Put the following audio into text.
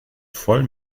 voll